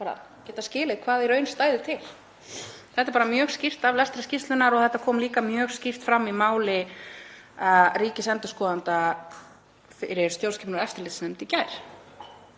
átti og skilið hvað í raun stæði til. Þetta er mjög skýrt af lestri skýrslunnar og kom líka mjög skýrt fram í máli ríkisendurskoðanda fyrir stjórnskipunar- og eftirlitsnefnd í gær.